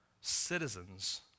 citizens